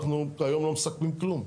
אנחנו היום לא מסכמים כלום,